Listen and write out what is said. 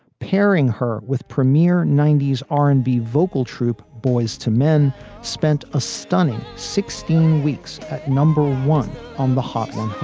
pairing her with premier ninety s r and b vocal troupe boyz two men spent a stunning sixteen weeks at number one on the hotline